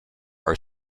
are